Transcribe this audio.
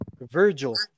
Virgil